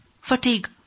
fatigue